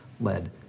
led